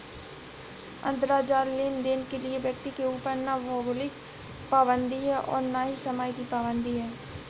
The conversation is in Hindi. अंतराजाल लेनदेन के लिए व्यक्ति के ऊपर ना भौगोलिक पाबंदी है और ना ही समय की पाबंदी है